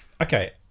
Okay